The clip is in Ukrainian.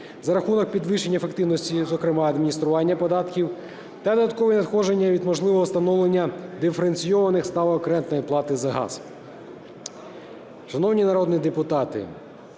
за рахунок підвищення ефективності і, зокрема, адміністрування податків та додаткові надходження від можливого встановлення диференційованих ставок рентної плати за газ.